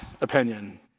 opinion